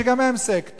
שגם הן סקטור.